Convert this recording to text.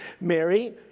Mary